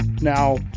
Now